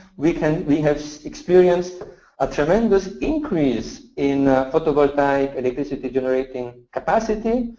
we can we have experienced a tremendous increase in photovoltaic electricity generating capacity,